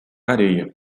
areia